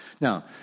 Now